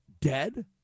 dead